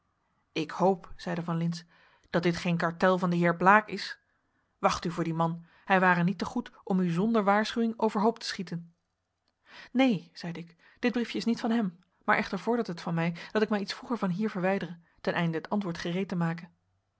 ik hoop zeide van lintz dat dit geen cartel van den heer blaek is wacht u voor dien man hij ware niet te goed om u zonder waarschuwing overhoop te schieten neen zeide ik dit briefje is niet van hem maar echter vordert het van mij dat ik mij iets vroeger van hier verwijdere ten einde het antwoord gereed te maken